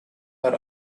are